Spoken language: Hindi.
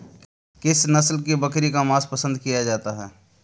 किस नस्ल की बकरी का मांस पसंद किया जाता है?